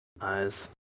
eyes